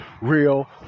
real